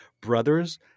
brothers